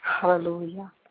Hallelujah